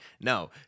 No